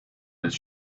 his